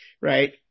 right